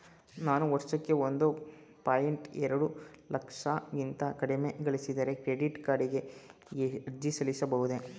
ನಾನು ವರ್ಷಕ್ಕೆ ಒಂದು ಪಾಯಿಂಟ್ ಎರಡು ಲಕ್ಷಕ್ಕಿಂತ ಕಡಿಮೆ ಗಳಿಸಿದರೆ ಕ್ರೆಡಿಟ್ ಕಾರ್ಡ್ ಗೆ ಅರ್ಜಿ ಸಲ್ಲಿಸಬಹುದೇ?